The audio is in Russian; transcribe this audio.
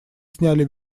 сняли